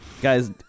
Guys